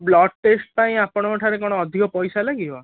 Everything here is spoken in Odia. ବ୍ଲଡ଼୍ ଟେଷ୍ଟ ପାଇଁ ଆପଣଙ୍କ ଠାରେ କ'ଣ ଅଧିକ ପଇସା ଲାଗିବ